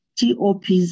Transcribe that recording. TOPs